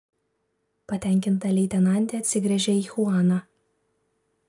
patenkinta leitenantė atsigręžė į chuaną